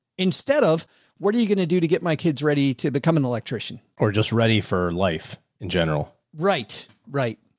instead of what are you going to do to get my kids ready to become an electrician? or just ready for life in general? right. right.